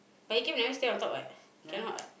but you can never stay on top what cannot what